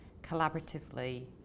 collaboratively